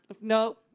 No